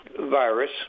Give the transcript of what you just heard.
virus